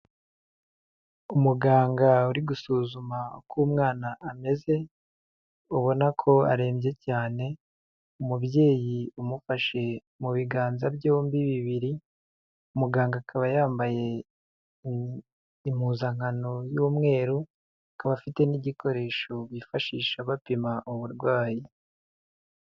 Umuganga uri gusuzuma uko umwana ameze ubona ko arembye cyane, umubyeyi umufashe mu biganza byombi bibiri, muganga akaba yambaye impuzankano y'umweru, akaba afite n'igikoresho bifashisha bapima uburwayi.